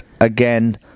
again